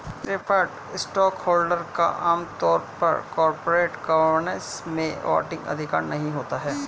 preferred stockholder का आम तौर पर कॉरपोरेट गवर्नेंस में वोटिंग अधिकार नहीं होता है